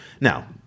Now